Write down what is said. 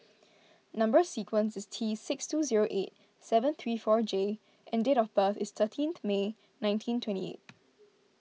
Number Sequence is T six two zero eight seven three four J and date of birth is thirteenth May nineteen twenty eight